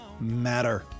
matter